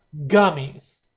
gummies